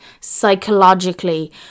psychologically